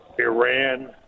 Iran